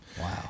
Wow